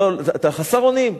אתה חסר אונים.